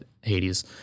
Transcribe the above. hades